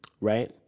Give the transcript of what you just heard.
right